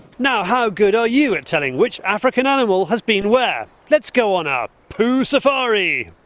now how good are you at telling which african animal has been where. let us go on our poo safari.